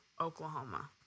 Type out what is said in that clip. Oklahoma